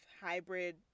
hybrid